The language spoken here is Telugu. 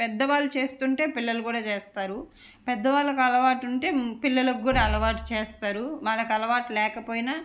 పెద్దవాళ్ళు చేస్తు ఉంటే పిల్లలు కూడా చేస్తారు పెద్దవాళ్ళకు అలవాటు ఉంటే పిల్లలు కూడా అలవాటు చేస్తారు వాళ్ళకు అలవాటు లేకపోయినా